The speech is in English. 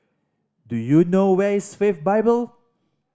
do you know where is Faith Bible